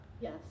yes